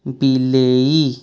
ବିଲେଇ